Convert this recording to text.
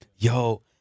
yo